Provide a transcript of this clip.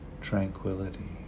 tranquility